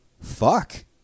fuck